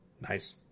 Nice